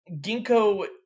Ginkgo